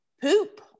poop